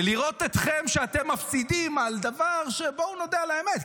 ולראות אתכם כשאתם מפסידים על דבר שבואו נודה על האמת,